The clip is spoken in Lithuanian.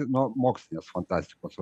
nuo mokslinės fantastikos